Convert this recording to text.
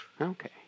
Okay